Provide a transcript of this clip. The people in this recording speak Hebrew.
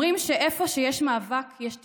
אומרים שאיפה שיש מאבק יש תקווה.